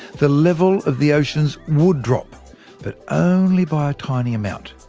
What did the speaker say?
the level of the oceans would drop but only by a tiny amount.